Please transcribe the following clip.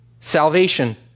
Salvation